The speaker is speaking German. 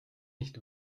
nicht